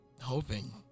hoping